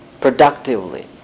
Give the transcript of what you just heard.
productively